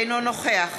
אינו נוכח